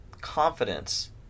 confidence